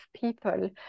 people